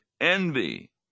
envy